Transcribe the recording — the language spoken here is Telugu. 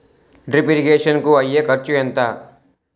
డ్రిప్ ఇరిగేషన్ కూ అయ్యే ఖర్చు ఎంత?